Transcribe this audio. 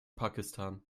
pakistan